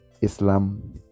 islam